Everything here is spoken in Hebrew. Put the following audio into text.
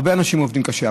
הרבה אנשים עובדים קשה,